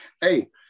Hey